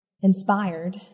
Inspired